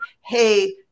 hey